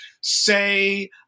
say